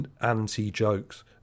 anti-jokes